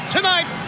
Tonight